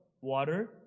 water